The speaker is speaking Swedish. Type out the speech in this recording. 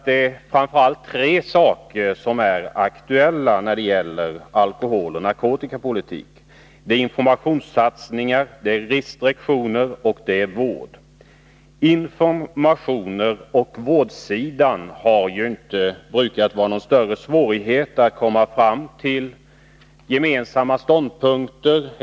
Det är framför allt tre saker som är aktuella när det gäller alkoholoch narkotikapolitik: information, restriktioner och vård. På informationsoch vårdsidan har det oftast inte varit några större svårigheter att komma fram till gemensamma ståndpunkter.